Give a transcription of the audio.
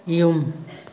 ꯌꯨꯝ